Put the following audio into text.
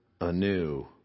anew